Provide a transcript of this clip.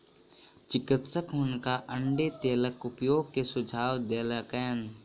चिकित्सक हुनका अण्डी तेलक उपयोग के सुझाव देलकैन